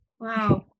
wow